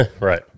Right